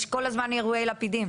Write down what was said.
יש כל הזמן אירועי לפידים.